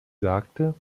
sagte